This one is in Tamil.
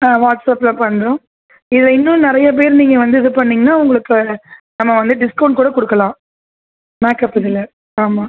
ஆ வாட்ஸப்பில பண்ணுறோம் இது இன்னும் நிறையா பேர் நீங்கள் வந்து இது பண்ணீங்கன்னா உங்களுக்கு நம்ம வந்து டிஸ்கௌண்ட் கூட கொடுக்கலாம் மேக்கப் இதில் ஆமாம்